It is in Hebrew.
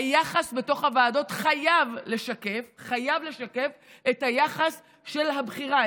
היחס בתוך הוועדות חייב לשקף את היחס של הבחירה.